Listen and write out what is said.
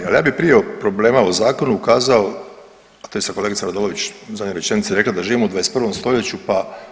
Ali ja bih prije problema u zakonu ukazao, a to je sad kolegica Radolović u zadnjoj rečenici rekla da živimo u 21. stoljeću.